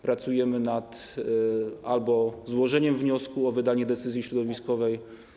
Pracujemy nad złożeniem wniosku o wydanie decyzji środowiskowej.